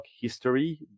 history